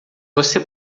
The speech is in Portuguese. você